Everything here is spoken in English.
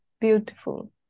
beautiful